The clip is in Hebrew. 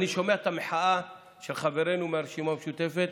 אני שומע את המחאה של חברינו מהרשימה המשותפת